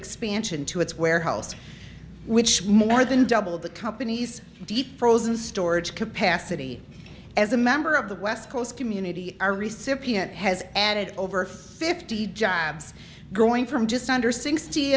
expansion to its warehouse which more than doubled the company's deep frozen storage capacity as a member of the west coast community our recipient has added over fifty jobs growing from just under sixty